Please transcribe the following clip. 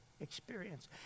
experience